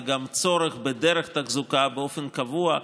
וגם צורך בדרך תחזוקה באופן קבוע,